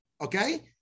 Okay